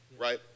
right